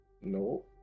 no